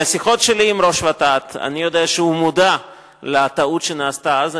מהשיחות שלי עם ראש ות"ת אני יודע שהוא מודע לטעות שנעשתה אז.